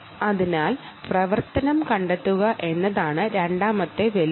അതിനാൽ activity detection എന്നതാണ് രണ്ടാമത്തെ വെല്ലുവിളി